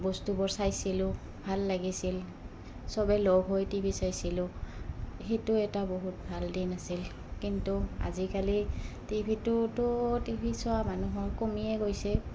বস্তুবোৰ চাইছিলোঁ ভাল লাগিছিল চবেই লগ হৈ টিভি চাইছিলোঁ সেইটো এটা বহুত ভাল দিন আছিল কিন্তু আজিকালি টিভি টোতো টিভি চোৱা মানুহৰ কমিয়েই গৈছে